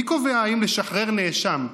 מי קובע אם לשחרר נאשם,